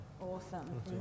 Awesome